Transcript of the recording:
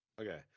Okay